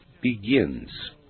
begins